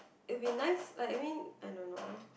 it'll be nice like I mean I don't know